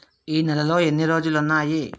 ఈ నెలలో ఎన్ని రోజులున్నాయి